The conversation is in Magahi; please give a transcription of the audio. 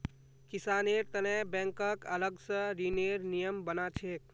किसानेर तने बैंकक अलग स ऋनेर नियम बना छेक